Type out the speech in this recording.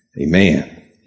amen